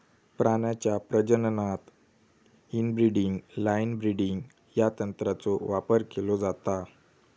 प्राण्यांच्या प्रजननात inbreeding line breeding या तंत्राचो वापर केलो जाता